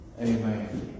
Amen